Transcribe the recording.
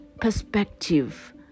perspective